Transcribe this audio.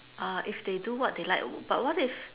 ah if they do what they like but what if